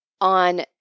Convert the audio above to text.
on